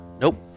Nope